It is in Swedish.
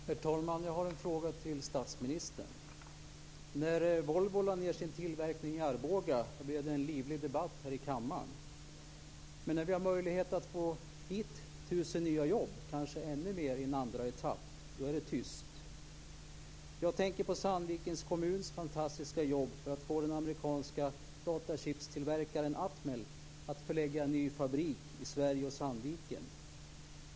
Herr talman! Jag har en fråga till statsministern. När Volvo lade ned sin i tillverkning i Arboga blev det en livlig debatt här i kammaren. Men när vi har möjlighet att få hit 1 000 nya jobb, kanske ännu fler i en andra etapp, då är det tyst. Jag tänker på Sandvikens kommuns fantastiska jobb för att få den amerikanska datachipstillverkaren Atmel att förlägga en ny fabrik till Sverige och Sandviken.